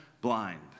blind